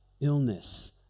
illness